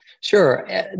Sure